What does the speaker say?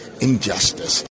injustice